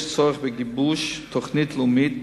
יש צורך בגיבוש תוכנית לאומית